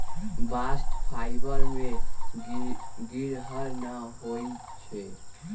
bast fibre में गिरह न होई छै